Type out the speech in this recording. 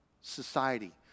society